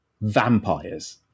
vampires